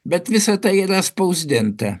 bet visa tai yra spausdinta